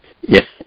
yes